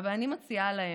אבל אני מציעה להם,